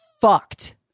fucked